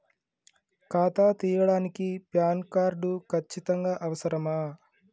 ఖాతా తీయడానికి PAN card ఖచ్చితంగా అవసరమా?